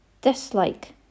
Dislike